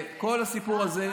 כל הסיפור הזה,